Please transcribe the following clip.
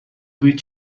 بوی